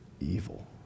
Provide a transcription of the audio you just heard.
evil